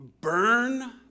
burn